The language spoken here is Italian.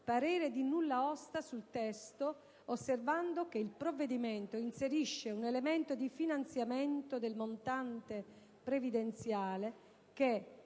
parere di nulla osta sul testo osservando che il provvedimento inserisce un elemento di finanziamento del montante previdenziale che,